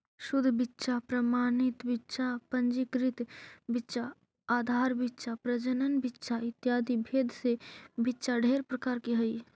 शुद्ध बीच्चा प्रमाणित बीच्चा पंजीकृत बीच्चा आधार बीच्चा प्रजनन बीच्चा इत्यादि भेद से बीच्चा ढेर प्रकार के हई